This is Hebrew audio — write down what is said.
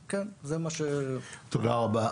תודה.